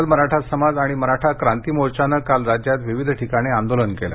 सकल मराठा समाज आणि मराठा क्रांती मोर्चानं काल राज्यात विविध ठिकाणी आंदोलन केलं